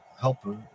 helper